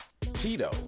Tito